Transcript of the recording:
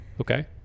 Okay